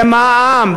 במע"מ,